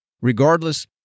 Regardless